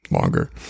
longer